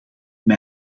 mij